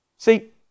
See